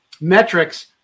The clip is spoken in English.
metrics